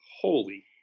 Holy